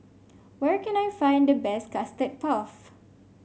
where can I find the best Custard Puff